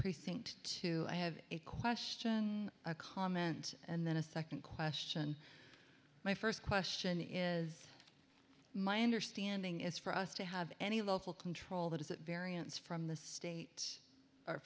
precinct two i have a question a comment and then a second question my first question is my understanding is for us to have any local control that is that variance from the state or